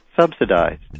subsidized